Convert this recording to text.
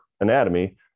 anatomy